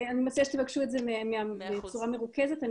אני מציעה שתבקשו את זה בצורה מרוכזת.